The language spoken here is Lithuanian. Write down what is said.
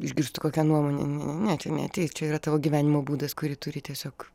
išgirstu kokią nuomonę ne ne ne čia neateis čia yra tavo gyvenimo būdas kurį turi tiesiog